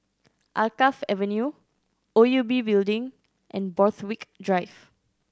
Alkaff Avenue O U B Building and Borthwick Drive